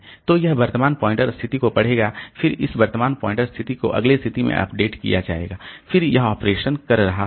तो यह वर्तमान पॉइंटर स्थिति को पढ़ेगा फिर इस वर्तमान पॉइंटर स्थिति को अगली स्थिति में अपडेट किया जाएगा फिर यह ऑपरेशन कर रहा होगा